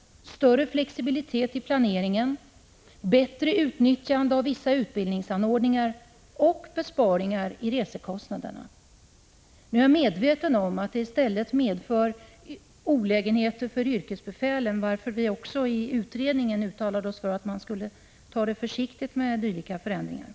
— större flexibilitet i planeringen, — bättre utnyttjande av vissa utbildningsanordningar och — besparingar beträffande resekostnaderna. Jag är medveten om att detta däremot medför olägenheter för yrkesbefälen, varför vi i utredningen också uttalat att man skulle ta det försiktigt när det gäller dylika förändringar.